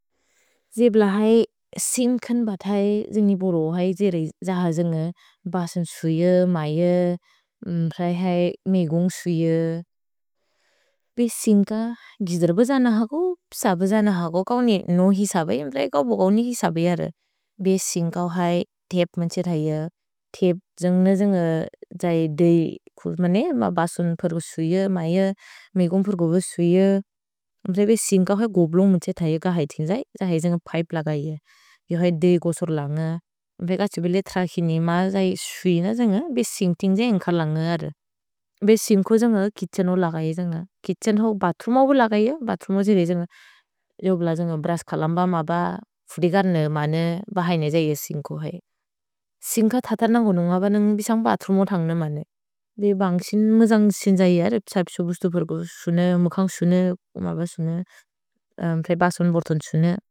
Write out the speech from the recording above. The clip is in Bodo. जिब्ल है सिन् कन् बत् है, जिनि बोलो है, जेरै जह जेन्ग बसुन् सुय, मय, प्रए है मेगुन्ग् सुय, बे सिन् क गिज्र्ब जन हको, सब जन हको, कौनि नोन् हि सब य, प्रए कौबो कौनि हि सब य र। भे सिन् कौ है तेप् मन्छे थय, तेप् जेन्ग जेन्ग जै देय् खुज् मने, बसुन् पुर्गो सुय, मय, मेगुन्ग् पुर्गो सुय, बे सिन् कौ है गोब्लोन्ग् मन्छे थय क है तिन्ग् जै, जहै जेन्ग पैप् लगै य। योहै देय् गोसुर् लन्ग, बेक त्क्सुबेले थ्रकिनि म जै सुइन जेन्ग, बे सिन् तिन्ग् जै एन्ग्कर् लन्ग हर, बे सिन् कौ जेन्ग कित्छेन् हो लगै जेन्ग, कित्छेन् हो, बतुर्म हो लगै य, बतुर्म जिने जेन्ग, योग्ल जेन्ग ब्रस् कलम्ब, मब, फुदिगर्नो मने, बहैन जै ये सिन् कौ है। सिन् क ततर्न गुनुन्गब, नेन्ग् बिसन्ग् बतुर्म थन्गन मने, देय् बन्ग् सिन् मुजन्ग् सिन् जै यरे, त्क्सर्पिशोबु स्तुपुर्गो सुन, मुखन्ग् सुन, कुमब सुन, प्रए बसुन् वोर्तुन् सुन।